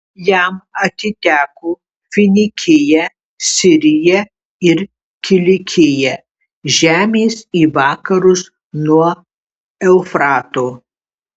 jam atiteko finikija sirija ir kilikija žemės į vakarus nuo eufrato